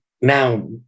now